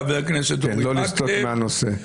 חבר הכנסת אורי מקלב,